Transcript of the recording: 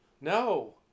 No